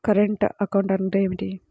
Current account అంటే ఏమిటి?